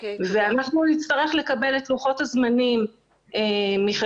ואנחנו נצטרך לקבל את לוחות הזמנים מחברת